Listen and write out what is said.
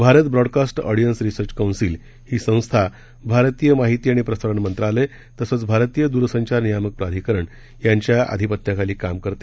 Bharat Broadcast Audience Research Council ही संस्था भारतीय माहिती आणि प्रसारण मंत्रालय तसंच भारतीय द्रसंचार नियामक प्राधिकरण यांच्या आधिपत्याखाली काम करते